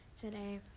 today